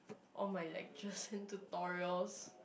all my lectures and tutorials